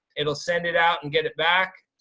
it'll send it out and get it back.